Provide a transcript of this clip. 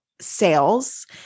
sales